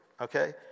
okay